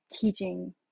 teaching